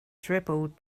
dribbled